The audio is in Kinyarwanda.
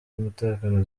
umutekano